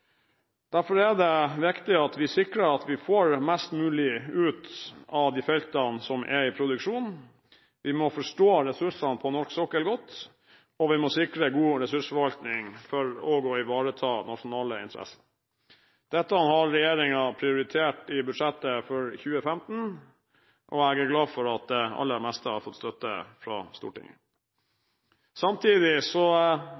Derfor er det viktig at vi sikrer at vi får mest mulig ut av de feltene som er i produksjon. Vi må forstå ressursene på norsk sokkel godt, og vi må sikre god ressursforvaltning for også å ivareta nasjonale interesser. Dette har regjeringen prioritert i budsjettet for 2015, og jeg er glad for at det aller meste har fått støtte fra Stortinget.